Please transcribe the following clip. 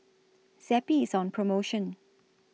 Zappy IS on promotion